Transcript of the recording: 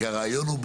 כי הרעיון הוא,